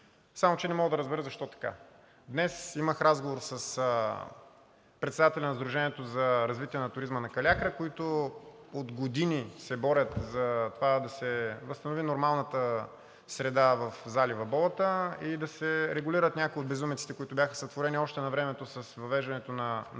Само че не мога да разбера защо е така. Днес имах разговор с председателя на Сдружението за развитие на туризма на Калиакра, които от години се борят за това да се възстанови нормалната среда в залива Болата и да се регулират някои от безумиците, които бяха сътворени още навремето с въвеждането на